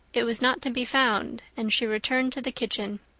it was not to be found and she returned to the kitchen.